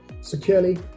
securely